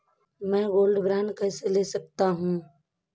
मैं gold bond कैसे ले सकता हूँ?